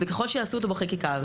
וככל שיעשו אותו בחקיקה,